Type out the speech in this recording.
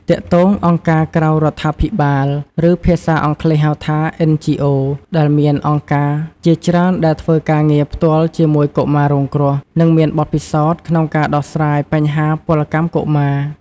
ទាក់ទងអង្គការក្រៅរដ្ឋាភិបាល ឬភាសាអង់គ្លេសហៅថា NGOs ដែលមានអង្គការជាច្រើនដែលធ្វើការងារផ្ទាល់ជាមួយកុមាររងគ្រោះ និងមានបទពិសោធន៍ក្នុងការដោះស្រាយបញ្ហាពលកម្មកុមារ។